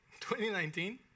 2019